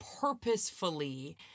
purposefully